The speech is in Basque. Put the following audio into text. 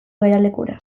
geralekura